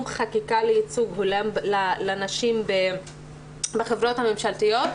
חקיקה לייצוג הולם לנשים בחברות הממשלתיות,